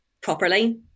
properly